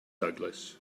douglas